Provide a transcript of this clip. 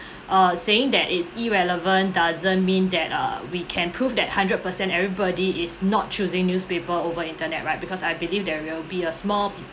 uh saying that it's irrelevant doesn't mean that we err can prove that hundred percent everybody is not choosing newspaper over internet right because I believe there will be a small